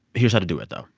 here's how to do it though.